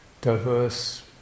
diverse